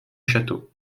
château